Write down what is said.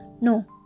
No